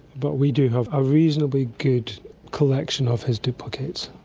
but we do have a reasonably good collection of his duplicates.